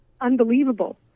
unbelievable